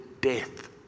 death